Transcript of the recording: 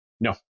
No